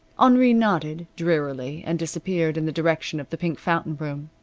henri nodded, drearily, and disappeared in the direction of the pink fountain room.